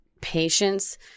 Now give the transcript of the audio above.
patience